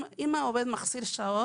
אם העובד מחסיר שעות,